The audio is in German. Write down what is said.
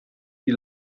die